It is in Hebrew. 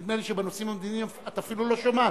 נדמה לי שבנושאים המדיניים את אפילו לא שומעת,